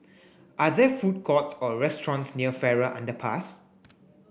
are there food courts or restaurants near Farrer Underpass